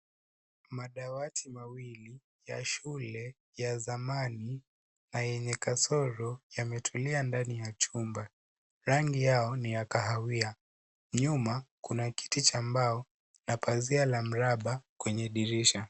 Madawati mawili ya shule ya zamani na yenye kasoro yametulia ndani ya chumba. Rangi yao ni ya kahawia. Nyuma kuna kiti cha mbao na pazia la mraba kwenye dirisha.